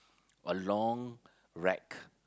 a long rack